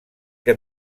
que